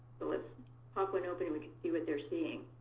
let's pop one open and we can see what they're seeing.